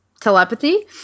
telepathy